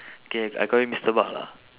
K I call you mister bak lah